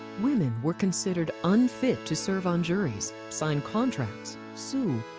women were considered unfit to serve on juries, sign contracts, sue,